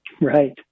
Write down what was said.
Right